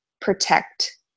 protect